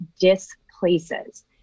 displaces